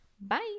bye